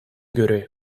göre